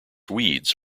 weeds